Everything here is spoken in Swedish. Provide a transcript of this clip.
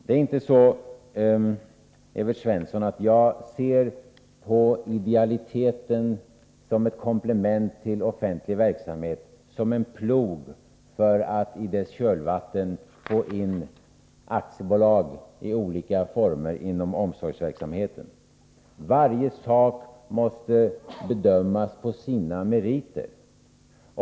Det är inte så, Evert Svensson, att jag betraktar idealiteten som komplement till offentlig verksamhet som en plog, för att i dess kölvatten få in aktiebolag i olika former inom omsorgsverksamheten. Varje sak måste bedömas på sina meriter.